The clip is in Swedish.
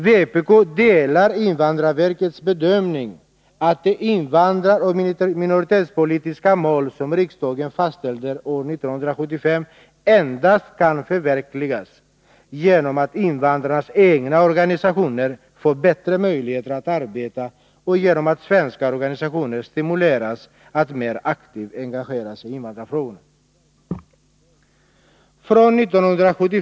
Vpk delar invandrarverkets bedömning att de invandraroch minoritetspolitiska mål som riksdagen fastställde år 1975 endast kan förverkligas genom att invandrarnas egna organisationer får bättre möjligheter att arbeta och genom att svenska organisationer stimuleras att mer aktivt engagera sig i invandrarfrågorna.